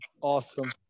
Awesome